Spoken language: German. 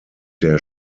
der